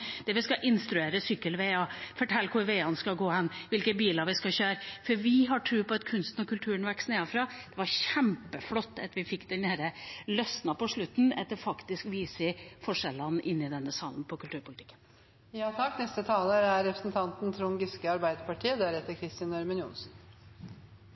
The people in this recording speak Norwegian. der vi skal instruere om sykkelveier, fortelle hvor veiene skal gå, og hvilke biler vi skal kjøre. Vi har tro på at kunsten og kulturen vokser nedenfra. Det var kjempeflott at det løsnet på slutten, at forskjellene i kulturpolitikken faktisk vises i denne salen. Først takk for den trafikale oppklaringen fra kulturministeren. I et politisk landskap hvor det er vanskelig å se forskjellen på